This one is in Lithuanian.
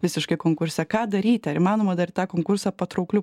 visiškai konkurse ką daryti ar įmanoma dar tą konkursą patraukliu